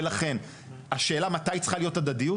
ולכן השאלה מתי צריכה להיות הדדיות?